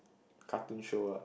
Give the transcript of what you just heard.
cartoon show ah